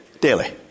Daily